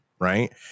right